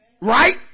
Right